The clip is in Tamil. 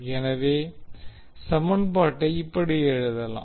எனவே சமன்பாட்டை இப்படி எழுதலாம்